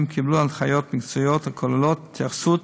וקיבלו הנחיות מקצועיות הכוללות התייחסות